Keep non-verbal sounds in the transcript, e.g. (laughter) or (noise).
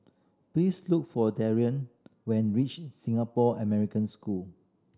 please look for (unintelligible) when reach Singapore American School